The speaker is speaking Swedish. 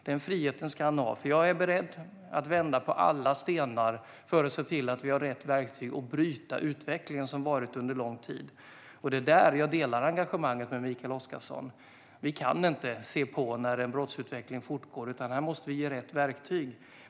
Den friheten ska han ha, för jag är beredd att vända på alla stenar för att se till att vi har rätt verktyg för att bryta den utveckling som skett under lång tid. Det är där jag delar Mikael Oscarssons engagemang. Vi kan inte se på när en brottsutveckling fortgår, utan här måste vi ge rätt verktyg.